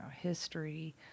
history